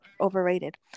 overrated